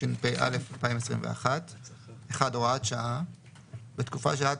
התשפ"א-2021 הוראת שעה 1. בתקופה שעד